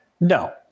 No